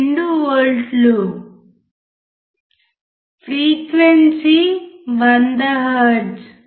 12 వోల్ట్ల frequency 100 hertz